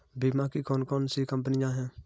बीमा की कौन कौन सी कंपनियाँ हैं?